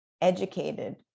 educated